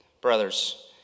brothers